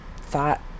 thought